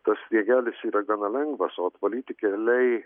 tas sniegelis yra gana lengvas o atvalyti keliai